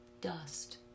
dust